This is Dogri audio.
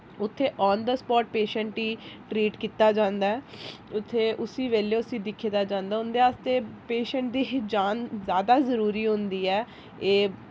उत्थै आन दा स्पाट पेशेंट गी ट्रीट कीता जंदा ऐ उत्थै उसी बेल्ले उस्सी दिक्खे दा जांदा ऐ उंदे आस्तै पेशेंट दी जान जैदा जरूरी होंदी ऐ ए